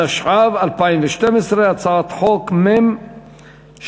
התשע"ב 2012. הצעת חוק מ/701.